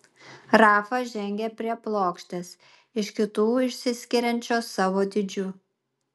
rafa žengė prie plokštės iš kitų išsiskiriančios savo dydžiu